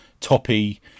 Toppy